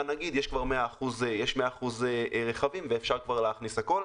נגיד: יש 100% רכבים ואפשר כבר להכניס הכול.